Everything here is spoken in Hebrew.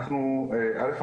קודם כל,